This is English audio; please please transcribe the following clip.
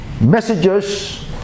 messages